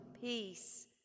peace